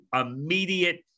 immediate